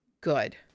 good